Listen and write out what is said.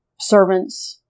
servants